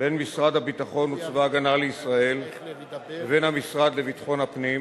בין משרד הביטחון וצבא-הגנה לישראל לבין המשרד לביטחון הפנים